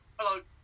hello